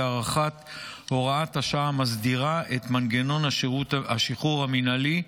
היא הארכת הוראת השעה המסדירה את מנגנון השחרור המינהלי,